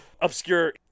obscure